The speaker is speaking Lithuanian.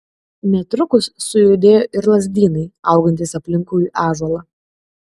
netrukus sujudėjo ir lazdynai augantys aplinkui ąžuolą